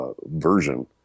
version